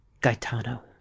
Gaetano